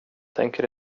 tänker